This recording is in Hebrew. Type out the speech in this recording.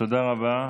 תודה רבה.